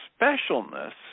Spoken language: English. specialness